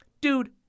dude